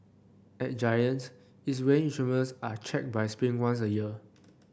at Giant its weighing instruments are checked by spring once a year